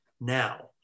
now